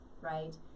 right